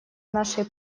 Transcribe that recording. нашей